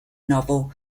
novel